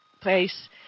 place